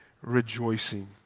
rejoicing